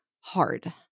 hard